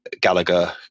Gallagher